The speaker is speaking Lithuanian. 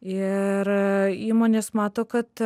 ir įmonės mato kad